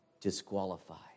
disqualified